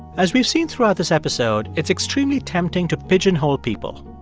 as we've seen throughout this episode, it's extremely tempting to pigeonhole people.